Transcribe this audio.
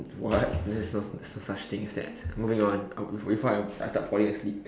what there's no there's no such thing as that moving on before I start falling asleep